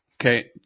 Okay